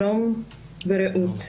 שלום ורעות.